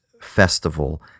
festival